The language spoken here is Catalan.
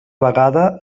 vegada